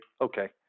okay